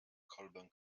kolbę